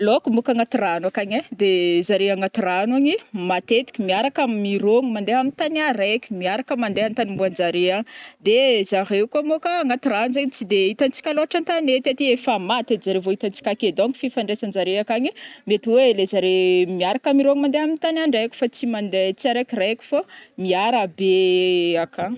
Laoko bôko agnaty rano akagny ai, de zare agnaty rano agny matetiky miaraka mirogno mandeha amintagny araiky miaraka mandeha amintany ombanjare agny, de zare koa monka agnaty rano zegny tsy de hitantsika loatra an-tanety aty efa maty edy zare vo hitantsika ake donc fifandraisanjare akagny mety hoe le zare miaraka mirogno mandeha amin-tany andraiky fa tsy mandeha tsaraikiraiky fo miarabe akagny.